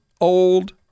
old